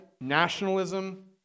Nationalism